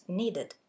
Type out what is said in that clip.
needed